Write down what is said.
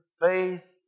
faith